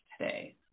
today